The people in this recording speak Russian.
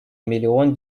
миллион